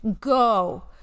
go